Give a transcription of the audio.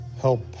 help